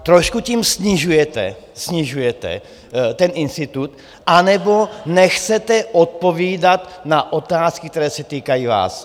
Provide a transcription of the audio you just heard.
Trošku tím snižujete ten institut, anebo nechcete odpovídat na otázky, které se týkají vás!